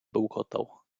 bełkotał